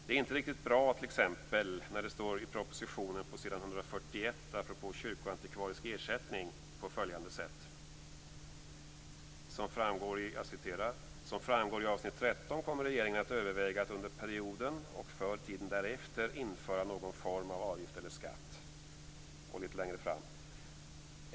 Det är t.ex. inte riktigt bra när det apropå kyrkoantikvarisk ersättning står på följande sätt på s. 141 i propositionen: " Som framgår i avsnitt 13 kommer regeringen att överväga att under perioden och för tiden därefter införa någon form av avgift eller skatt.